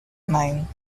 mine